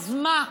אז מה?